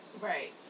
Right